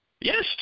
Yes